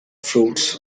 fruits